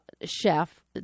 chef